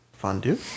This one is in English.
fondue